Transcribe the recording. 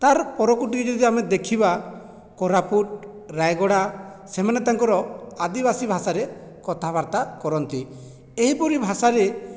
ତାର୍ ପରକୁ ଟିକେ ଯଦି ଆମେ ଦେଖିବା କୋରାପୁଟ ରାୟଗଡ଼ା ସେମାନେ ତାଙ୍କର ଆଦିବାସୀ ଭାଷାରେ କଥାବାର୍ତ୍ତା କରନ୍ତି ଏହିପରି ଭାଷାରେ